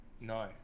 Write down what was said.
No